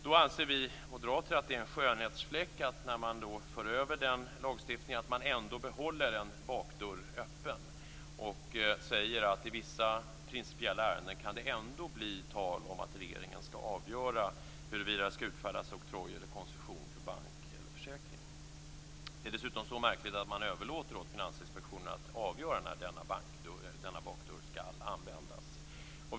Vi moderater anser då att det är en skönhetsfläck att man, när man för över denna lagstiftning, ändå behåller en bakdörr öppen och säger att det i vissa principiella ärenden ändå kan bli tal om att regeringen skall avgöra huruvida det skall utfärdas oktroj eller koncession för bank eller försäkringsbolag. Det är dessutom så märkligt att man överlåter åt Finansinspektionen att avgöra när denna bakdörr skall användas.